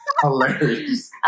Hilarious